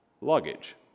Luggage